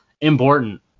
important